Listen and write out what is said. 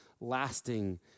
lasting